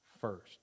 first